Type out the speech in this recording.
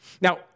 Now